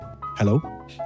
Hello